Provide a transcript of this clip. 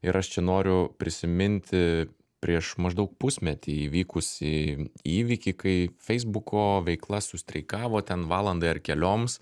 ir aš čia noriu prisiminti prieš maždaug pusmetį įvykusį įvykį kai feisbuko veikla sustreikavo ten valandai ar kelioms